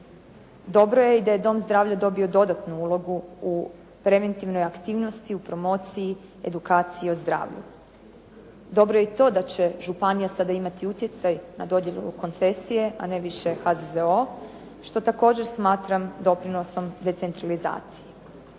Dobro je da je i dom zdravlja dobio i dodatnu ulogu u preventivnoj aktivnosti u promociji u edukaciji o zdravlju. Dobro je i to da će županija sada imati utjecaj na dodjelu koncesije, a ne više HZZO što također smatram doprinosom decentralizacije.